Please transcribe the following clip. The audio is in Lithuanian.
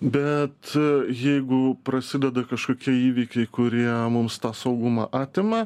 bet jeigu prasideda kažkokie įvykiai kurie mums tą saugumą atima